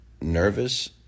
nervous